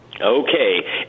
Okay